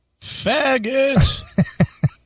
Faggot